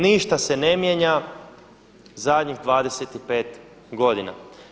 Ništa se ne mijenja zadnjih 25 godina.